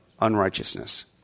unrighteousness